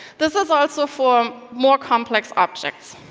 this is ah so for more complex objects.